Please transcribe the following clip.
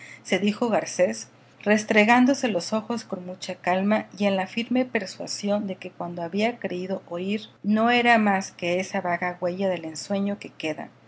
se dijo garcés restregándose los ojos con mucha calma y en la firme persuasión de que cuando había creído oír no era más que esa vaga huella del ensueño que queda